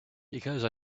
because